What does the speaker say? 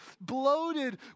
bloated